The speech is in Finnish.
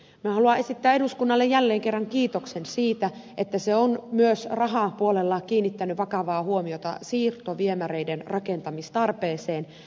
minä haluan esittää eduskunnalle jälleen kerran kiitoksen siitä että se on myös rahapuolella kiinnittänyt vakavaa huomiota siirtoviemäreiden rakentamistarpeeseen